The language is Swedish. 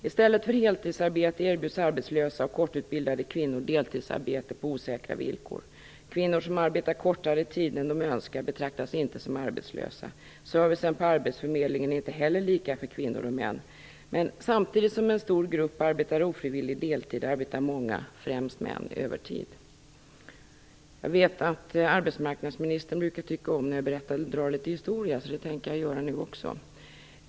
I stället för heltidsarbete erbjuds arbetslösa och korttidsutbildade kvinnor deltidsarbete på osäkra villkor. Kvinnor som arbetar kortare tid än de önskar betraktas inte som arbetslösa. Servicen på arbetsförmedlingen är inte heller lika för kvinnor och män. Samtidigt som en stor grupp arbetar ofrivillig deltid arbetar många, främst män, övertid. Jag vet att arbetsmarknadsministern brukar tycka om när jag drar litet historia, så det tänker jag göra nu också.